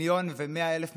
מיליון ו-100,000 מובטלים,